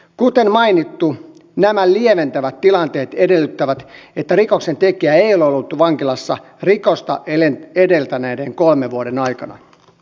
kuten mainittu nämä lieventävät tilanteet edellyttävät että rikoksentekijä ei ole ollut vankilassa rikosta edeltäneiden kolmen vuoden aikana